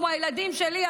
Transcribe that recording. כמו הילדים שלי,